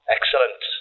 Excellent